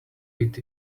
eat